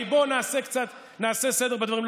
אבל בואו נעשה סדר בדברים,